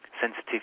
sensitive